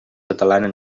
catalana